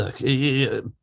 Look